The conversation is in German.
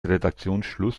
redaktionsschluss